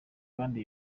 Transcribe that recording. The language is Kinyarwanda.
kandi